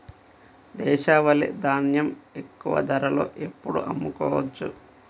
దేశవాలి ధాన్యం ఎక్కువ ధరలో ఎప్పుడు అమ్ముకోవచ్చు?